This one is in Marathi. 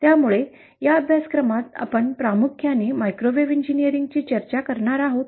त्यामुळे या अभ्यासक्रमात आपण प्रामुख्याने मायक्रोवेव्ह इंजिनीअरिंगची चर्चा करणार आहोत